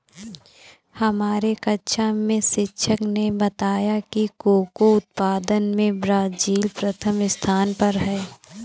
हमारे कक्षा में शिक्षक ने बताया कि कोको उत्पादन में ब्राजील प्रथम स्थान पर है